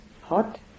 hot